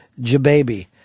Jababy